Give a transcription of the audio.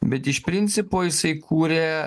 bet iš principo jisai kūrė